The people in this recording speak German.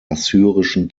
assyrischen